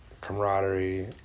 camaraderie